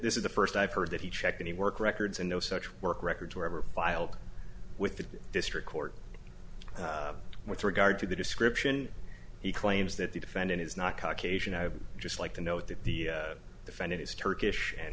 this is the first i've heard that he checked any work records and no such work records were ever filed with the district court with regard to the description he claims that the defendant is not caucasian i just like to note that the defendant is turkish and